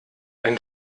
ein